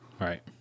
Right